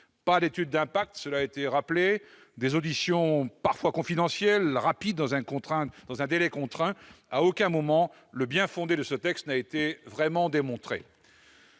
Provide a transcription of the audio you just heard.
Pas d'étude d'impact- cela a été rappelé -, des auditions parfois confidentielles, menées rapidement, dans un délai contraint : à aucun moment le bien-fondé de ce texte n'a été vraiment démontré.